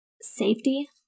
Safety